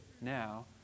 now